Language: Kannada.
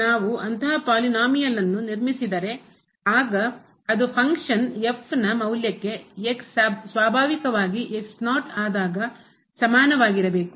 ನಾವು ಅಂತಹ ಪಾಲಿನೋಮಿಯಲನ್ನು ಬಹುಪದವನ್ನು ನಿರ್ಮಿಸಿದರೆ ಆಗ ಅದು ಫಂಕ್ಷನ್ನ ಕಾರ್ಯ ನ ಮೌಲ್ಯಕೆ ಸ್ವಾಭಾವಿಕವಾಗಿ ಆದಾಗ ಸಮಾನವಾಗಿರಬೇಕು